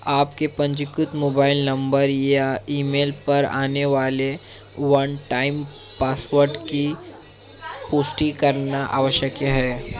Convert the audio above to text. आपके पंजीकृत mobile number या ईमेल पर आने वाले वन टाइम पासवर्ड की पुष्टि करना आवश्यक है